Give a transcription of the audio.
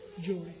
joy